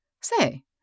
Say